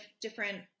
different